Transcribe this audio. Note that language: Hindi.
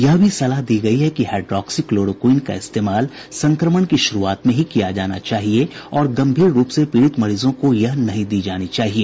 यह भी सलाह दी गयी है कि हाइड्रोक्सी क्लोरोक्वीन का इस्तेमाल संक्रमण की शुरूआत में किया जाना चाहिए और गंभीर रूप से पीड़ित मरीजों को यह नहीं दी जानी चाहिए